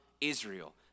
Israel